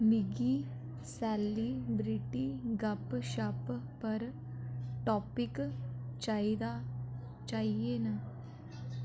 मिगी सेलिब्रिटी गप्पशप पर टापिक चाहिदा चाहिए न